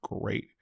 great